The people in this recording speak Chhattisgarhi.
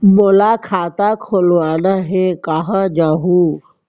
मोला खाता खोलवाना हे, कहाँ जाहूँ?